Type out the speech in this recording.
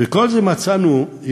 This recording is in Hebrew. ואת כל זה מצאנו יכולת,